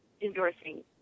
endorsing